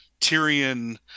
Tyrion